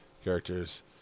characters